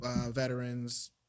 veterans